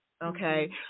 Okay